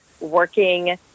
working